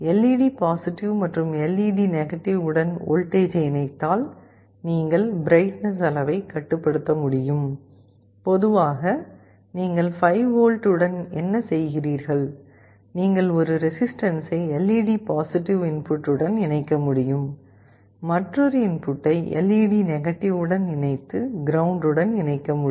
LED மற்றும் LED உடன் வோல்டேஜை இணைத்தால் நீங்கள் பிரைட்னஸ் அளவைக் கட்டுப்படுத்த முடியும் பொதுவாக நீங்கள் 5V உடன் என்ன செய்கிறீர்கள் நீங்கள் ஒரு ரெசிஸ்டன்ஸை LED இன்புட் உடன் இணைக்க முடியும் மற்றொரு இன்புட்டை LED உடன் இணைத்து கிரவுண்ட் உடன் இணைக்க முடியும்